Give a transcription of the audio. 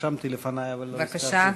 רשמתי לפני, אבל, בבקשה.